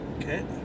Okay